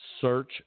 search